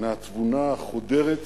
מהתבונה החודרת,